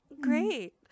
great